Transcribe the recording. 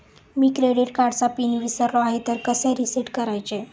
मी credit कार्डचा pin विसरलो आहे तर कसे रीसेट करायचे?